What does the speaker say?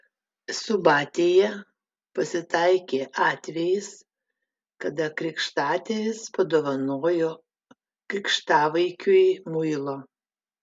subatėje pasitaikė atvejis kada krikštatėvis padovanojo krikštavaikiui muilo